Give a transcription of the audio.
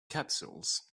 capsules